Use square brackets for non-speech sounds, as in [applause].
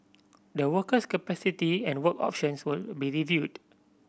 the worker's capacity and work options will [unintelligible] be reviewed